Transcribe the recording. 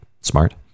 Smart